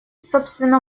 собственно